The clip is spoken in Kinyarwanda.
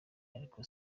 ariko